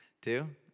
two